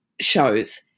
shows